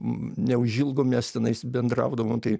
neužilgo mes tenais bendraudavom tai